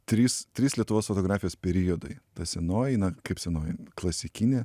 trys trys lietuvos fotografijos periodai ta senoji na kaip senoji klasikinė